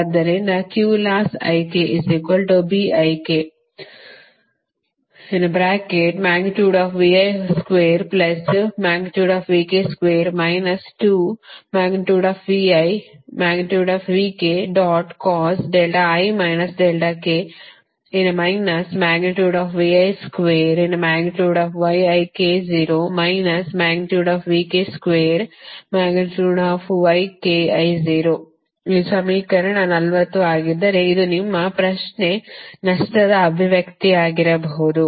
ಆದ್ದರಿಂದ ಇದು ಸಮೀಕರಣ 40 ಆಗಿದ್ದರೆ ಇದು ನಿಮ್ಮ ಪ್ರಶ್ನೆ ನಷ್ಟದ ಅಭಿವ್ಯಕ್ತಿಯಾಗಿರಬಹುದು